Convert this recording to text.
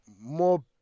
more